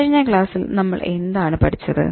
കഴിഞ്ഞ ക്ലാസ്സിൽ നമ്മൾ എന്താണ് പഠിച്ചത്